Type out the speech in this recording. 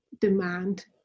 demand